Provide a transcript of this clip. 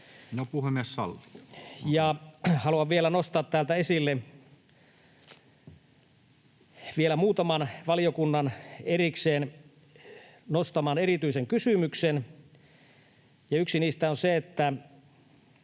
Haluan nostaa täältä esille vielä muutaman valiokunnan erikseen nostaman erityisen kysymyksen. Yksi niistä on se, että